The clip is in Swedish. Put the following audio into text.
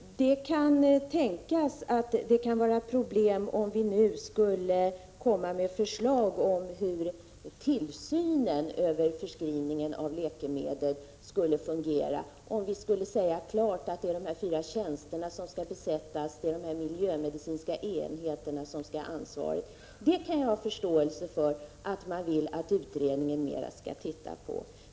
Det kan tänkas att det skulle uppstå problem om vi nu skulle komma med förslag om hur tillsynen över förskrivning av läkemedel skall fungera och om vi klart skulle säga att dessa fyra tjänster skall tillsättas och att det är de miljömedicinska enheterna som skall ha ansvaret. Jag har förståelse för att utredningen närmare vill se på det.